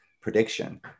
prediction